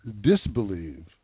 disbelieve